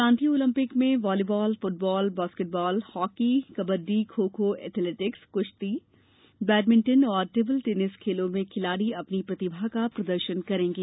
प्रांतीय ओलम्पिक में volleyball football basketball hockey kabaddi kho kho athletics कृश्ती बैडमिन्टन और टेबिल टेनिस खेलों में खिलाड़ी अपनी प्रतिभा का प्रदर्शन करेंगे